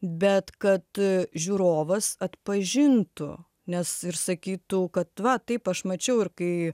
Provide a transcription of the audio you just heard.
bet kad žiūrovas atpažintų nes ir sakytų kad va taip aš mačiau ir kai